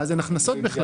ואז לא יהיו הכנסות בכלל.